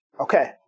Okay